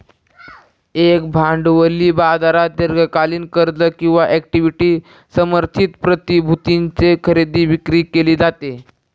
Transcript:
एका भांडवली बाजारात दीर्घकालीन कर्ज किंवा इक्विटी समर्थित प्रतिभूतींची खरेदी विक्री केली जाते